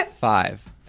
five